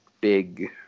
big